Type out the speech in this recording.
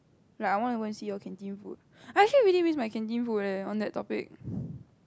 like I want to go and see your canteen food I actually really miss my canteen food leh on that topic